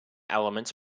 elements